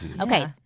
Okay